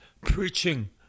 preaching